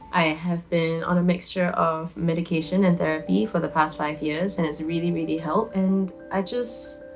i have been on a mixture of medication and therapy for the past five years and it's really really helped and i just